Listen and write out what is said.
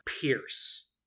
Pierce